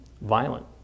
violent